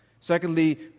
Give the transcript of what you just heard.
secondly